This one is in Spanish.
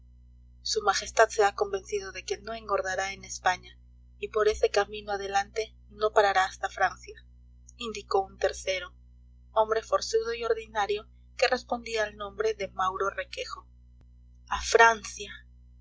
su majestad se ha convencido de que no engordará en españa y por ese camino adelante no parará hasta francia indicó un tercero hombre forzudo y ordinario que respondía al nombre de mauro requejo a francia